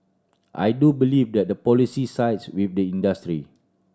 I do believe that the policy sides with the industry